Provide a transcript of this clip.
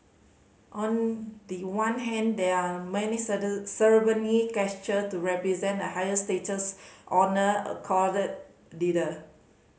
on the one hand there are many ceremony gesture to represent the highest status honour accorded a leader